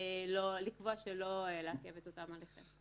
לקבוע שלא לעכב את אותם הליכים.